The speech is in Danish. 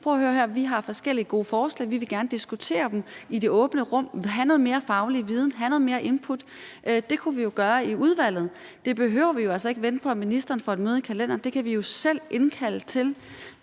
vi har forskellige gode forslag. Vi vil gerne diskutere dem i det åbne rum, have noget mere faglig viden og have noget mere input. Det kunne vi jo gøre i udvalget. Vi behøver altså ikke vente på, at ministeren får et møde i kalenderen. Det kan vi jo selv indkalde til.